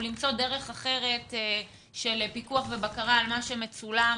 למצוא דרך אחרת של פיקוח ובקרה על מה שמצולם.